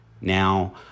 now